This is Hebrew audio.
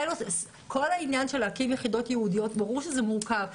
ברור שהקמת יחידות ייעודיות הוא עניין מורכב.